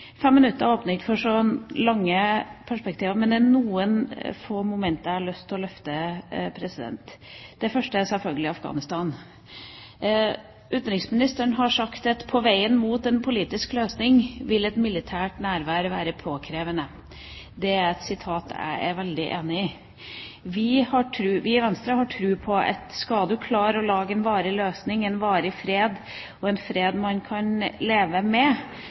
minutter åpner ikke for å komme inn på så lange perspektiver, men det er noen få momenter jeg har lyst til å løfte fram. Det første er selvfølgelig Afghanistan. Utenriksministeren har sagt at på veien mot en politisk løsning vil et militært nærvær være påkrevd. Det er et utsagn jeg er veldig enig i. Vi i Venstre har tro på at skal man klare å lage en varig løsning – en varig fred, en fred man kan leve med